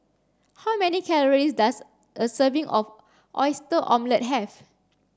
how many calorie does a serving of oyster omelette have